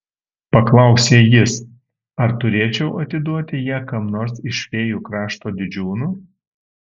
paklausė jis ar turėčiau atiduoti ją kam nors iš fėjų krašto didžiūnų